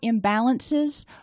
imbalances